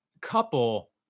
couple